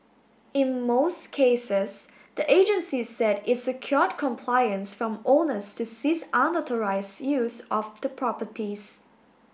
in most cases the agency said it secured compliance from owners to cease unauthorised use of the properties